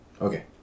Okay